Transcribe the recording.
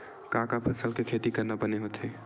का का फसल के खेती करना बने होथे?